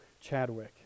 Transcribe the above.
Chadwick